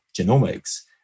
genomics